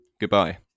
Goodbye